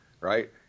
right